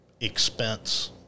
expense